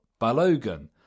Balogan